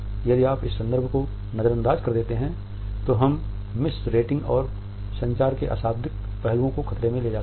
यदि आप इस संदर्भ को नज़रंदाज कर देते हैं तो हम मिस रेटिंग्स और संचार के अशाब्दिक पहलुओं के खतरे में ले जाते हैं